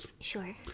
sure